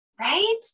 right